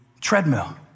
treadmill